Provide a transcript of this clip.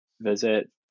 Visit